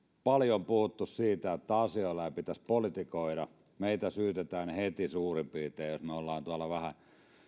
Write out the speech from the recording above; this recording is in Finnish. paljon puhuttu siitä että asioilla ei pitäisi politikoida meitä syytetään heti suurin piirtein jos me olemme tuolla vähän